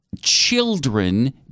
children